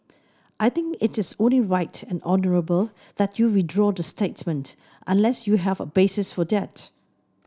I think it is only right and honourable that you withdraw the statement unless you have a basis for that